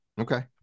okay